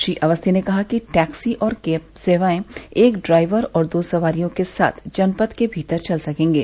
श्री अवस्थी ने कहा कि टैक्सी और कैब सेवाएं एक ड्राइवर और दो सवारियों के साथ जनपद के भीतर चल सकेंगे